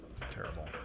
Terrible